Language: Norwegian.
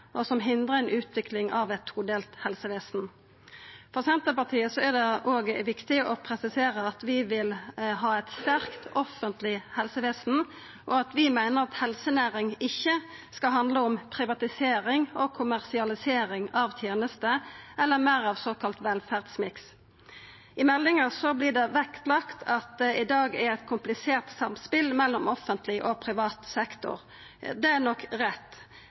noko som hindrar ei utvikling av eit todelt helsevesen. For Senterpartiet er det òg viktig å presisera at vi vil ha eit sterkt offentleg helsevesen, og at vi meiner at helsenæring ikkje skal handla om privatisering og kommersialisering av tenester eller meir av såkalla velferdsmiks. I meldinga vert det lagt vekt på at det i dag er eit komplisert samspel mellom offentleg og privat sektor. Det er nok rett,